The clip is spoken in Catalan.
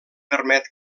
permet